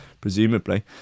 presumably